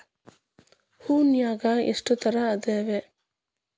ಹೂನ್ಯಾಗ ಎಷ್ಟ ತರಾ ಅದಾವ್?